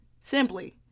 simply